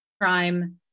crime